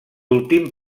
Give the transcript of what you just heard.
últim